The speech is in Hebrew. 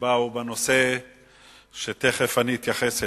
בשל נושא שתיכף אני אתייחס אליו.